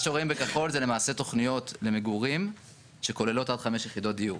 מה שרואים בכחול זה למעשה תוכניות למגורים שכוללות עד חמש יחידות דיור.